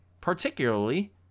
particularly